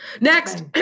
Next